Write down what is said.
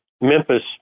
Memphis